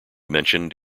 mentioned